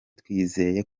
twizeye